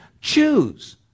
choose